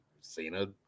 Cena